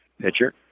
pitcher